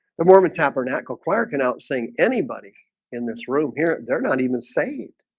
the mormon tabernacle choir can out saying anybody in this room here. they're not even saved.